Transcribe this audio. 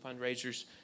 fundraisers